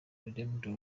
redeemed